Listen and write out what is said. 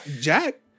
jack